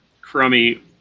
crummy